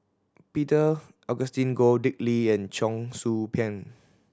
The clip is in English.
Peter Augustine Goh Dick Lee and Cheong Soo Pieng